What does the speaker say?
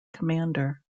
commander